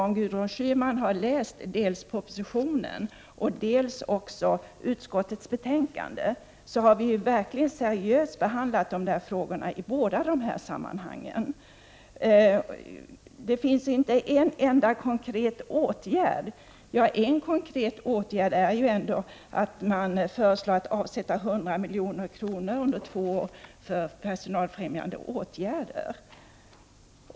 Om Gudrun Schyman hade läst dels propositionen, dels utskottsbetänkandet, hade hon funnit att vi verkligen har behandlat dessa frågor seriöst i båda sammanhangen. Gudrun Schyman hävdar att man inte kan finna en enda konkret åtgärd. En konkret åtgärd är ändå att man föreslår att avsätta 100 milj.kr. under två år för personalfrämjande åtgärder.